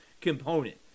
component